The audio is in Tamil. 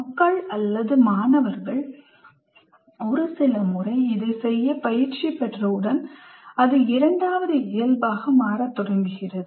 மக்கள் மாணவர்கள் ஒரு சில முறை இதைச் செய்ய பயிற்சி பெற்றவுடன் அது இரண்டாவது இயல்பாக மாறத் தொடங்குகிறது